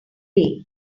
day